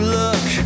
look